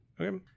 Okay